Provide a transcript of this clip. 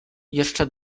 jeszcze